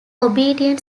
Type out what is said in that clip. obedient